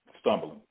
stumbling